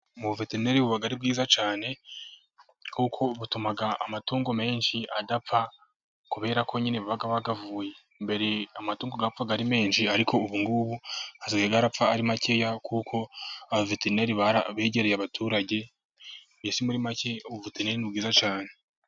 Ubuveterineri buba ari bwiza cyane kuko butuma amatungo menshi adapfa kubera ko nyine aba yavuwe. Mbere yapfaga ari menshi ariko ubungubu ajya apfa ari makeya kuko abaveteneri begereye abaturage mbese muri make ubuveterineri ni bwiza cyane.